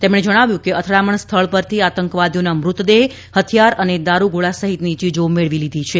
તેમણે જણાવ્યું કે અથડામણ સ્થળ પરથી આતંકવાદીઓના મૃતદેહ હથિયાર અને દારૂગોળા સહિતની ચીજો મેળવી લીધી છે